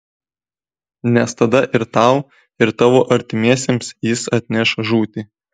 nes tada ir tau ir tavo artimiesiems jis atneš žūtį